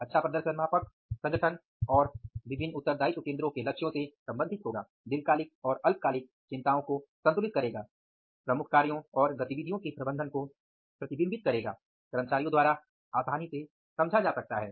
अच्छा प्रदर्शन मापक संगठन के लक्ष्यों से संबंधित होगा दीर्घकालिक और अल्पकालिक चिंताओं को संतुलित करेगा प्रमुख कार्यों और गतिविधियों के प्रबंधन को प्रतिबिंबित करेगा कर्मचारियों द्वारा आसानी से समझा जा सकता है